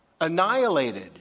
Annihilated